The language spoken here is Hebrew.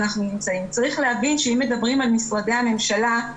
צריך להבין שאם מדברים על משרדי הממשלה,